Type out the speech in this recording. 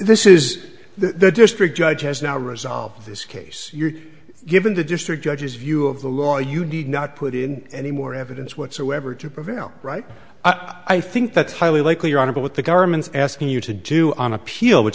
this is the district judge has now resolved this case given the district judges view of the law you did not put in any more evidence whatsoever to prevail right i think that's highly likely on about what the government's asking you to do on appeal which